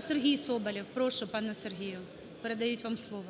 Сергій Соболєв. Прошу, пане Сергію, передають вам слово.